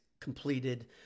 completed